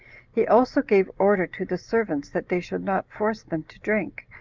he also gave order to the servants that they should not force them to drink,